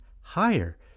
higher